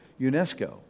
UNESCO